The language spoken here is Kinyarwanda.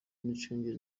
imicungire